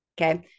Okay